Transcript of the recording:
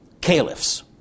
caliphs